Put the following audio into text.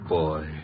boy